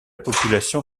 population